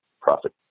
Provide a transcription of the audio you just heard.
profit